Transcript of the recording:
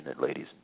ladies